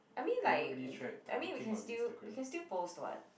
I mean like I mean we can still we can still post [what]